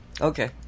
Okay